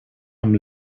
amb